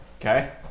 Okay